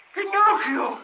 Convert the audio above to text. Pinocchio